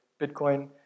Bitcoin